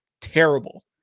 terrible